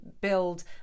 build